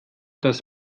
dass